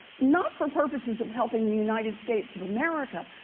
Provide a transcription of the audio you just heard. not for purposes of helping the united states of america,